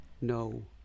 No